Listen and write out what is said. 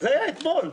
חיים,